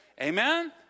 Amen